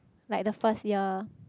like the first year